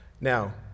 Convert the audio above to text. Now